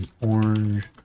Orange